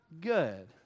good